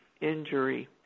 injury